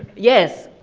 yes,